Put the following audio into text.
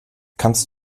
kannst